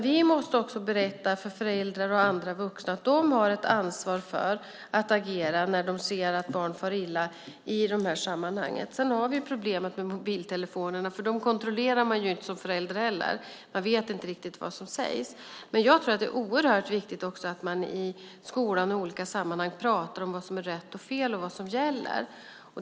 Vi måste också berätta för föräldrar och andra vuxna att de har ett ansvar för att agera när de ser att barn far illa i de här sammanhangen. Sedan har vi ju problemet med mobiltelefonerna, för dem kontrollerar man ju inte som förälder heller. Man vet inte riktigt vad som sägs där. Men jag tror att det är oerhört viktigt också att man i skolan i olika sammanhang pratar om vad som är rätt och fel och vad som gäller.